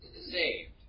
saved